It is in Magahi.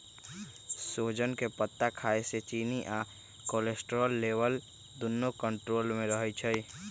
सोजन के पत्ता खाए से चिन्नी आ कोलेस्ट्रोल लेवल दुन्नो कन्ट्रोल मे रहई छई